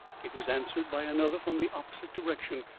it was answered by another from the opposite direction.